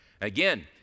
Again